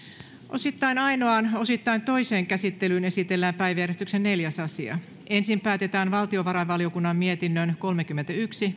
osittain ainoaan osittain toiseen käsittelyyn esitellään päiväjärjestyksen neljäs asia ensin päätetään valtiovarainvaliokunnan mietinnön kolmekymmentäyksi